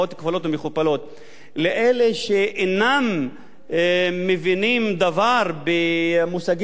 לאלה שאינם מבינים דבר במושגים של דו-קיום וחיים משותפים,